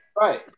right